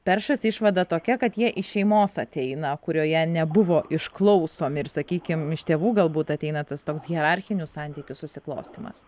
peršasi išvada tokia kad jie iš šeimos ateina kurioje nebuvo išklausomi ir sakykim iš tėvų galbūt ateina tas toks hierarchinių santykių susiklostymas